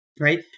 right